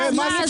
מאה אחוז.